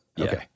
okay